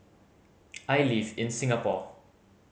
I live in Singapore